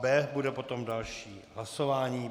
B bude potom další hlasování.